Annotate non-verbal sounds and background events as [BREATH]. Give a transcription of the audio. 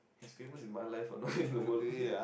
he's famous in my life ah [BREATH] not [BREATH] in the world [LAUGHS]